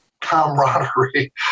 camaraderie